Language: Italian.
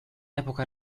epoca